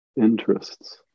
interests